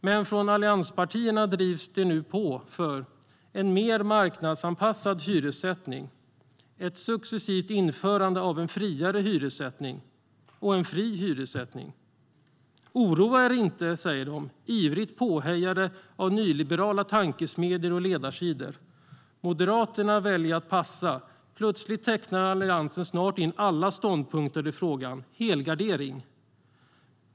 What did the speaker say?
Men från allianspartierna drivs det nu på för vad man kallar en mer marknadsanpassad hyressättning, ett successivt införande av en friare hyressättning och en fri hyressättning. Oroa er inte, säger de, ivrigt påhejade av nyliberala tankesmedjor och ledarsidor. Moderaterna väljer att passa. Plötsligt tecknar Alliansen in snart alla ståndpunkter i frågan, en helgardering.